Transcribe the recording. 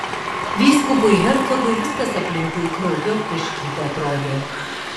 vyskupui hercogui viskas aplinkui krauju aptaškyta atrodė